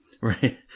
Right